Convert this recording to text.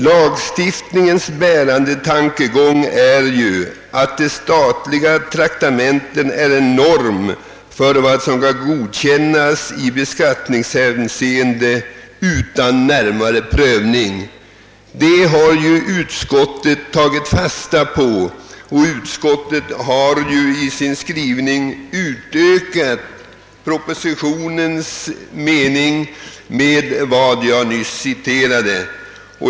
Lagstiftningens bärande tankegång är ju ait de statliga traktamentena är en norm för vad som kan godkännas i beskattningshänseende utan närmare prövning.» Detta har utskottet tagit fasta på och i sin skrivning utökat propositionens mening med vad jag nyss citerade.